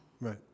Right